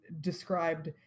described